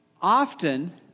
Often